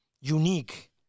unique